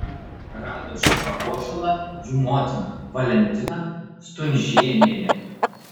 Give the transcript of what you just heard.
rado šį papuošalą jų motina valentina stunžėnienė